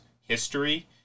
history